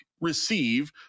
receive